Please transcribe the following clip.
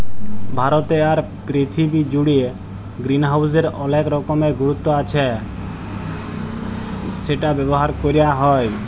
ভারতে আর পীরথিবী জুড়ে গ্রিনহাউসের অলেক রকমের গুরুত্ব আচ্ছ সেটা ব্যবহার ক্যরা হ্যয়